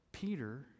Peter